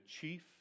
chief